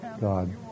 God